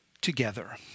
together